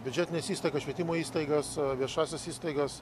biudžetines įstaigas švietimo įstaigas viešąsias įstaigas